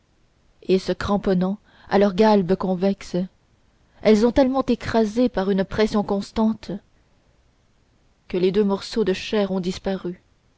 et se cramponnant à leur galbe convexe elles les ont tellement écrasées par une pression constante que les deux morceaux de chair ont disparu